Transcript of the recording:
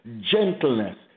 gentleness